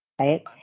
right